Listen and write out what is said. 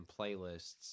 playlists